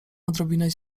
odrobinę